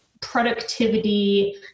productivity